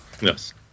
Yes